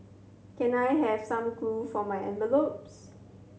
can I have some glue for my envelopes